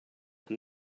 and